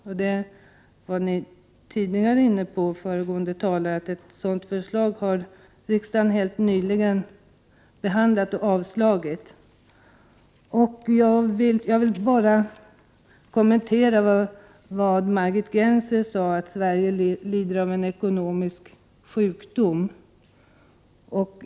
Föregående talare var tidigare inne på att riksdagen helt nyligen har behandlat och avslagit ett sådant förslag. Jag vill här kommentera vad Margit Gennser sade — att Sverige lider av en ekonomisk sjukdom.